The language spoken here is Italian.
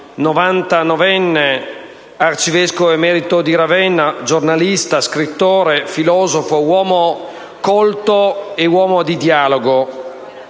arcivescovo emerito di Ravenna, giornalista, scrittore, filosofo, uomo colto e uomo di dialogo.